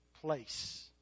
place